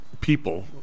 people